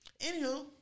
Anywho